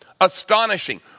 Astonishing